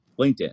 LinkedIn